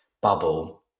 bubble